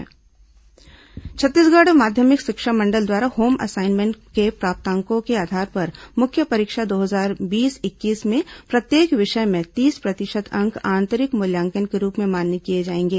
माशिमं home assignment Chhattisgarh माध्यमिक शिक्षा मंडल द्वारा होम असाइनमेंट के प्राप्तांकों के आधार पर मुख्य परीक्षा दो हजार बीस इक्कीस में प्रत्येक विषय में तीस प्रतिशत अंक आंतरिक मूल्यांकन के रूप में मान्य किए जाएंगे